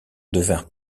devinrent